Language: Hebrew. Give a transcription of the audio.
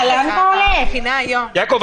יעקב,